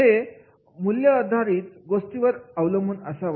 हे मूल्याधारित गोष्टींवर आधारित असावे